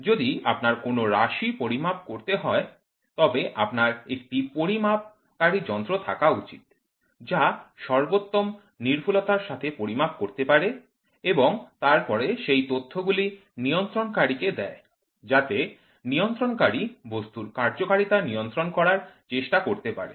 যদি আপনার কোন রাশি পরিমাপ করতে হয় তবে আপনার একটি পরিমাপকারী যন্ত্র থাকা উচিত যা সর্বোত্তম নির্ভুলতার সাথে পরিমাপ করতে পারে এবং তারপরে সেই তথ্যগুলি নিয়ন্ত্রণকারী কে দেয় যাতে নিয়ন্ত্রণকারী বস্তুর কার্যকারিতা নিয়ন্ত্রণ করার চেষ্টা করতে পারে